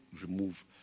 remove